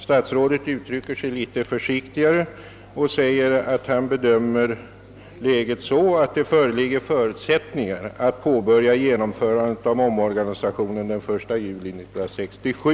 Statsrådet uttrycker sig litet försiktigare, och säger att han bedömer läget så, att det föreligger förutsättningar att påbörja genomförandet av omorganisationen den 1 juli 1967.